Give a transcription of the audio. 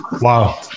Wow